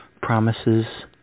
promises